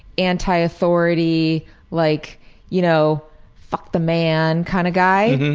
anti-authority like you know fuck the man kind of guy,